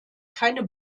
keine